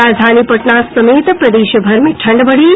और राजधनी पटना समेत प्रदेश भर में ठंड बढी